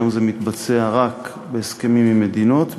היום זה מתבצע רק בהסכמים עם מדינות,